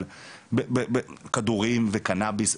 אבל בכדורים וקנאביס,